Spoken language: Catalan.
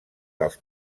dels